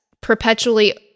perpetually